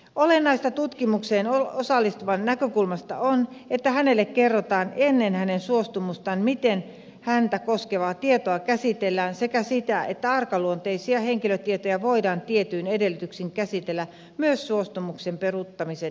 olennaista tutkimukseen osallistuvan näkökulmasta on että hänelle kerrotaan ennen hänen suostumustaan se miten häntä koskevaa tietoa käsitellään sekä se että arkaluonteisia henkilötietoja voidaan tietyin edellytyksin käsitellä myös suostumuksen peruuttamisen jälkeen